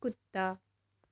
ਕੁੱਤਾ